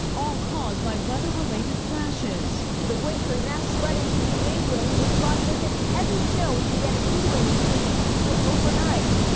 all caused by weather-related crashes. the wintry mess spreading to new england, which brought with it heavy snow which began accumulating here in new hampshire overnight.